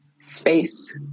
space